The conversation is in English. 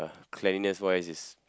uh cleanliness wise is